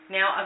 Now